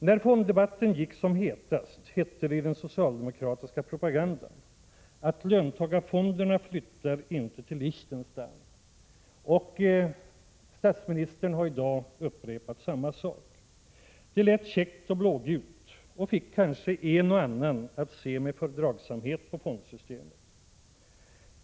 När fonddebatten gick som hetast hette det i den socialdemokratiska propagandan att ”löntagarfonderna flyttar inte till Liechtenstein”. Statsministern har i dag upprepat samma sak. Det lät käckt och blågult och fick kanske en och annan att se med fördragsamhet på fondsystemet.